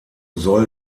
soll